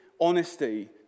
honesty